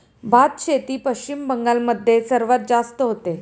भातशेती पश्चिम बंगाल मध्ये सर्वात जास्त होते